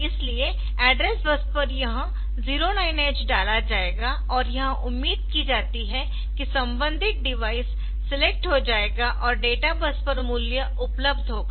इसलिए address bus पर यह 09H डाला जाएगा और यह उम्मीद की जाती है कि संबंधित डिवाइस सिलेक्ट हो जाएगा और डेटा बस पर मूल्य उपलब्ध होगा